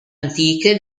antiche